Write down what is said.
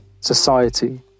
society